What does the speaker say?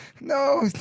no